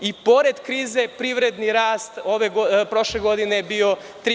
I pored krize, privredni rast prošle godine je bio 3%